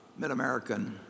MidAmerican